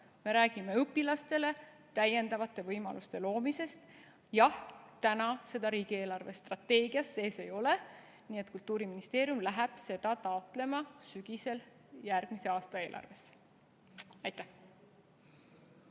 Me räägime õpilastele täiendavate võimaluste loomisest. Jah, praegu seda riigi eelarvestrateegias sees ei ole, nii et Kultuuriministeerium läheb seda taotlema sügisel järgmise aasta eelarvest.